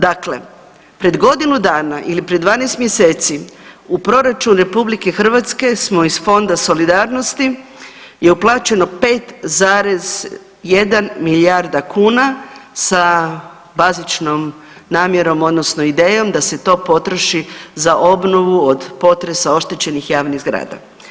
Dakle, pred godinu dana, ili pred 12 mjeseci, u Proračun Republike Hrvatske smo iz Fonda solidarnosti, je uplaćeno 5,1 milijarda kuna, sa bazičnom namjerom, odnosno idejom da se to potroši za obnovu od potresa oštećenih javnih zgrada.